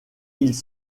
ils